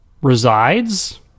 Resides